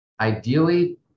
Ideally